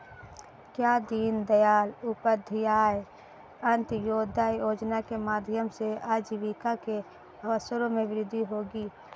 क्या दीन दयाल उपाध्याय अंत्योदय योजना के माध्यम से आजीविका के अवसरों में वृद्धि होगी?